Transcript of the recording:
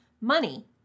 money